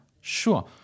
sure